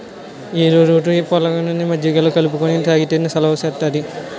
ఏరో route అంటే పాలగుండని మజ్జిగలో కలుపుకొని తాగితే సలవ సేత్తాది